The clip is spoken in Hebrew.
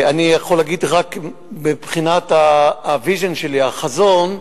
אני יכול להגיד שמבחינת החזון שלי,